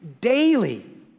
daily